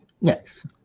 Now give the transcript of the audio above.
Yes